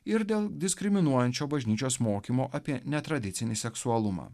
ir dėl diskriminuojančio bažnyčios mokymo apie netradicinį seksualumą